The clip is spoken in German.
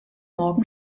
morgen